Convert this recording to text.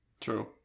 True